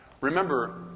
Remember